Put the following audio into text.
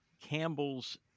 Campbell's